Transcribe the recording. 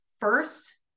first